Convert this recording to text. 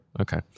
Okay